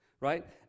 Right